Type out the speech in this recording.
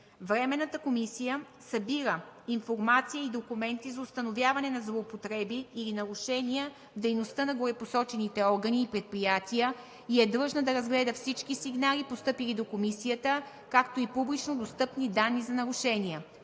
Временната комисия събира информация и документи за установяване на злоупотреби или нарушения в дейността на горепосочените органи и предприятия и е длъжна да разгледа всички сигнали, постъпили до комисията, както и публично достъпни данни за нарушения.